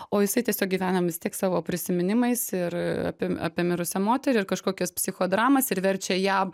o jisai tiesiog gyvenam vis tiek savo prisiminimais ir apim apie mirusią moterį ir kažkokias psichodramas ir verčia ją